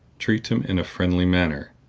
treat him in a friendly manner,